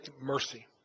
mercy